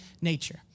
nature